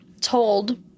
told